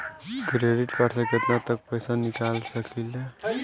Credit card से केतना तक पइसा निकाल सकिले?